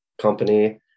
company